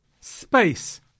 space